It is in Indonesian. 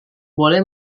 boleh